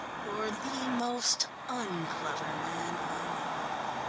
you're the most un-clever man i know.